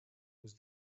was